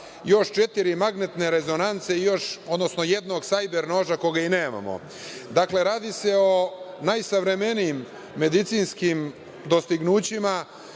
još četiri magnetne rezonance, odnosno jednog sajder noža, koga i nemamo. Dakle, radi se o najsavremenijim medicinskim dostignućima